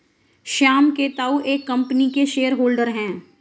श्याम के ताऊ एक कम्पनी के शेयर होल्डर हैं